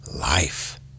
life